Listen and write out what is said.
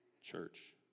church